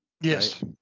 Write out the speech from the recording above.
yes